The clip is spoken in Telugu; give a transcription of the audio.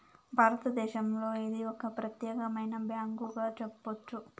భారతదేశంలో ఇది ఒక ప్రత్యేకమైన బ్యాంకుగా చెప్పొచ్చు